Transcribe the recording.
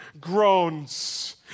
groans